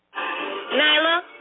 Nyla